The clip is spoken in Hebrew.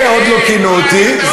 זה עוד לא כינו אותי.